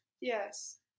yes